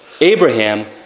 Abraham